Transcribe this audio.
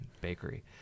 Bakery